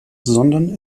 sondern